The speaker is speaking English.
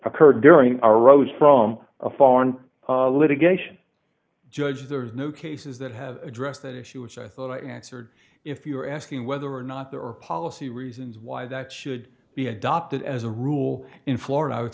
occurred during our arose from a foreign litigation judge there is no cases that have addressed that issue which i thought i answered if you are asking whether or not there are policy reasons why that should be adopted as a rule in florida i would